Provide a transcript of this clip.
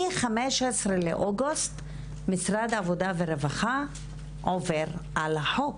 מ-15 באוגוסט משרד העבודה והרווחה עובר על החוק,